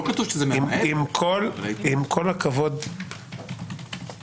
לא כתוב שזה מהמאהבת, אבל היתרה.